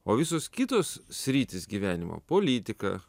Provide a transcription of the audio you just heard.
o visos kitos sritys gyvenimo politika